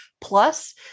plus